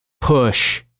push